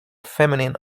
feminine